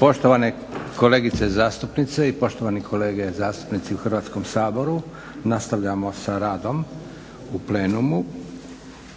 Poštovane kolegice zastupnice i poštovani kolege zastupnici u Hrvatskom saboru nastavljamo sa radom u plenumu.